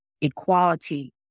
equality